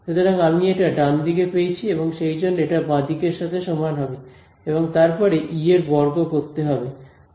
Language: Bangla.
সুতরাং আমি এটা ডানদিকে পেয়েছি এবং সেই জন্য এটা বাঁদিকের সাথে সমান হবে এবং তারপরে ই এর বর্গ করতে হবে